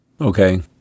Okay